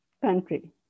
country